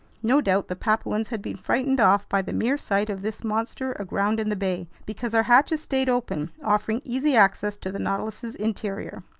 no doubt the papuans had been frightened off by the mere sight of this monster aground in the bay, because our hatches stayed open, offering easy access to the nautilus's interior.